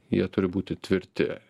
jie turi būti tvirti